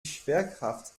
schwerkraft